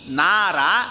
nara